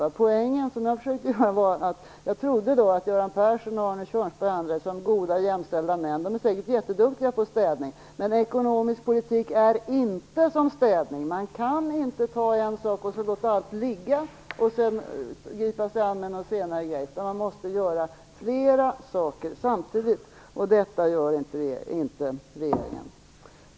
Den poäng som jag försökte komma fram till var att jag trodde att Göran Persson, Arne Kjörnsberg och andra som goda och jämställda män säkerligen är jätteduktiga på städning men att ekonomisk politik är inte som städning. Man kan inte ta sig an en sak och låta annat ligga, för att senare gripa sig an med något ytterligare, utan man måste göra flera saker samtidigt, och detta gör regeringen inte.